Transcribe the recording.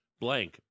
blank